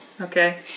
Okay